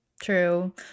True